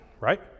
right